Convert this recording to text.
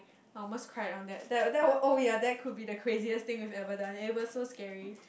I almost cried on that that oh ya that could be the craziest thing we've ever done it was so scary